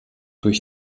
durch